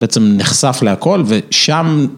בעצם נחשף להכל ושם.